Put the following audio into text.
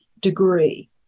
degree